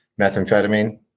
methamphetamine